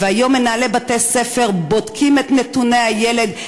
והיום מנהלי בתי-ספר בודקים את נתוני הילד,